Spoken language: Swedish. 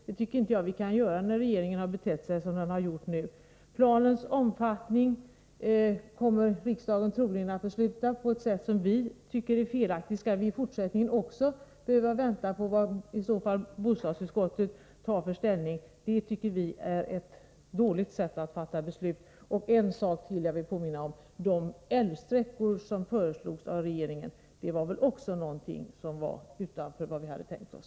Det tycker jaginte att man kan göra när regeringen har betett sig som den gjort. Planens omfattning kommer riksdagen troligen att besluta om på ett sätt som vi tycker är felaktigt. Skall vi också i fortsättningen behöva vänta på bostadsutskottets ställningstaganden? Det tycker vi är ett dåligt sätt att fatta beslut på. Den andra avvikelse som jag vill påminna om gäller de älvsträckor som föreslås av regeringen — det förslaget ligger väl också utanför vad vi hade tänkt oss.